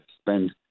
spend